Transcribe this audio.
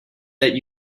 that